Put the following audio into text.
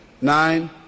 nine